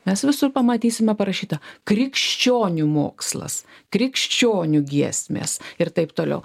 mes visur pamatysime parašyta krikščionių mokslas krikščionių giesmės ir taip toliau